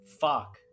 fuck